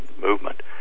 movement